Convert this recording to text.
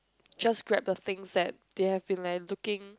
just grab the things that they have been like looking